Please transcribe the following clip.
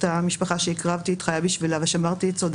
אותה המשפחה שהקרבתי את חיי בשבילה ושמרתי את סודה